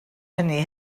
hynny